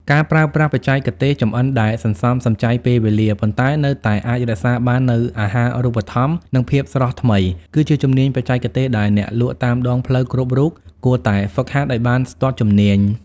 ការប្រើប្រាស់បច្ចេកទេសចម្អិនដែលសន្សំសំចៃពេលវេលា ប៉ុន្តែនៅតែអាចរក្សាបាននូវអាហារូបត្ថម្ភ និងភាពស្រស់ថ្មី គឺជាជំនាញបច្ចេកទេសដែលអ្នកលក់តាមដងផ្លូវគ្រប់រូបគួរតែហ្វឹកហាត់ឱ្យបានស្ទាត់ជំនាញ។